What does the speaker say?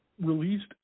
released